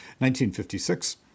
1956